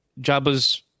Jabba's